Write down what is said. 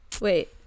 Wait